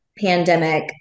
pandemic